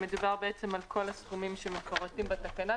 מדובר בעצם על כל הסכומים שמפורטים בתקנות.